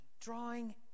drawing